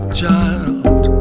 child